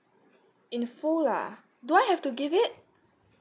in full lah do I have to give it